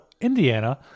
Indiana